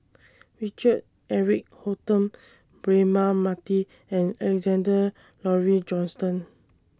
Richard Eric Holttum Braema Mathi and Alexander Laurie Johnston